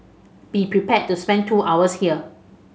be prepared to spend two hours here